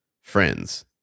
friends